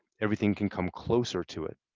everything can come closer to it.